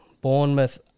Bournemouth